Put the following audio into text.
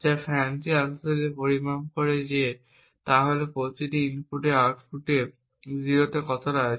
যা FANCI আসলে পরিমাপ করে তা হল এই প্রতিটি ইনপুটের আউটপুট O তে কতটা আছে